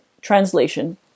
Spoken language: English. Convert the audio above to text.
Translation